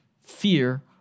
Fear